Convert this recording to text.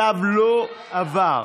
הצו לא עבר.